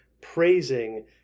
praising